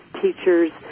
teachers